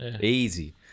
Easy